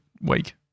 week